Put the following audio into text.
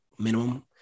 Minimum